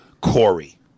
Corey